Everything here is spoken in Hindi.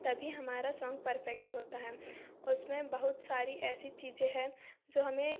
तभी हमारा सॉन्ग परफेक्ट होता है उसमें बहुत सारी ऐसी चीजें हैं जो हमें